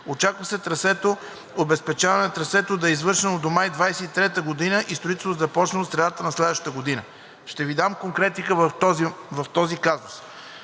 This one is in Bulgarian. Очаква се обезпечаването на трасето да е извършено до месец май 2023 г. и строителството да започне от средата на следващата година. Ще Ви дам конкретика в този казус: